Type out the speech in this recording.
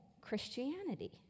Christianity